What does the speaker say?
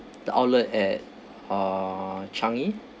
the outlet at uh changi